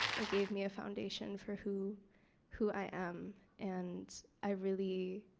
it gave me a foundation for who who i am and i really.